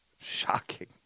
Shocking